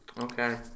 Okay